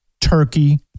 turkey